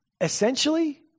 Essentially